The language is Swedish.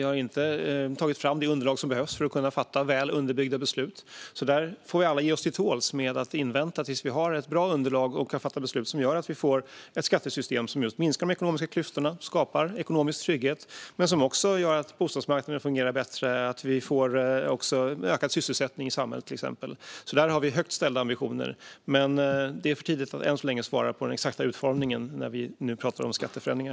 Vi har inte tagit fram de underlag som behövs för att kunna fatta väl underbyggda beslut, så vi får alla ge oss till tåls och invänta ett bra underlag. När vi har det kan vi fatta beslut som gör att vi får ett skattesystem som minskar de ekonomiska klyftorna och skapar ekonomisk trygghet. Men det ska också leda till att bostadsmarknaden fungerar bättre och att vi till exempel får ökad sysselsättning i samhället. Där har vi högt ställda ambitioner. Det är dock än så länge för tidigt att svara på hur den exakta utformningen ska bli när vi talar om skatteförändringar.